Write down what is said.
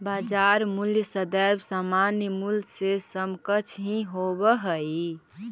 बाजार मूल्य सदैव सामान्य मूल्य के समकक्ष ही होवऽ हइ